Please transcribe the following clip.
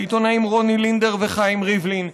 לעיתונאים רוני לינדר וחיים ריבלין,